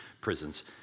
prisons